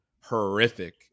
horrific